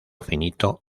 finito